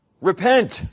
Repent